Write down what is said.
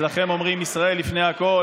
אצלכם אומרים: "ישראל לפני הכול".